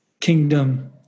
kingdom